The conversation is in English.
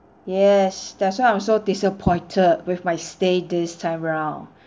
yes that's why I'm so disappointed with my stay this time round